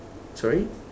sorry